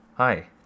Hi